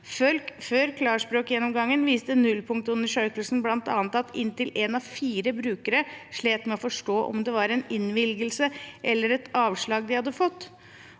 Før klarspråksgjennomgangen viste nullpunktsundersøkelsen bl.a. at inntil én av fire brukere slet med å forstå om det var en innvilgelse eller et avslag de hadde fått.